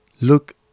look